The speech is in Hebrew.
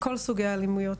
כל סוגי האלימות,